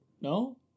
No